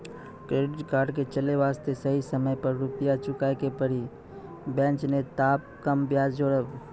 Credit card के चले वास्ते सही समय पर रुपिया चुके के पड़ी बेंच ने ताब कम ब्याज जोरब?